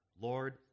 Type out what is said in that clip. Lord